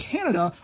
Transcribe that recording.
Canada